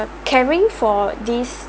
caring for this